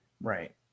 Right